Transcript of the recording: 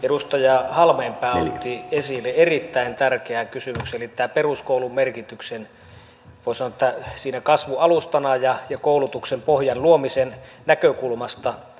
edustaja halmeenpää otti esille erittäin tärkeän kysymyksen eli tämän peruskoulun merkityksen voi sanoa kasvualustana ja koulutuksen pohjan luomisen näkökulmasta